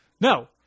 No